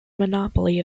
monopoly